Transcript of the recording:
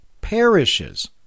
perishes